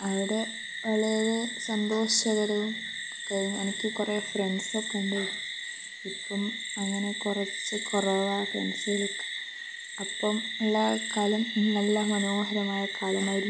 അവിടെ വളരെ സന്തോഷകരവും ഒക്കെ എനിക്ക് കുറേ ഫ്രണ്ട്സ് ഒക്കെ ഉണ്ട് ഇപ്പം അങ്ങനെ കുറച്ച് കുറവാണ് ഫ്രണ്ട്സുകളൊക്കെ അപ്പോൾ ഉള്ള കാലം നല്ല മനോഹരമായ കാലമായിരുന്നു